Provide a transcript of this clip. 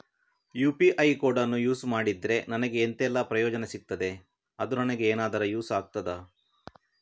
UPI ಕೋಡನ್ನು use ಮಾಡಿದ್ರೆ ನನಗೆ ಎಂಥೆಲ್ಲಾ ಪ್ರಯೋಜನ ಸಿಗ್ತದೆ, ಅದು ನನಗೆ ಎನಾದರೂ ಯೂಸ್ ಆಗ್ತದಾ?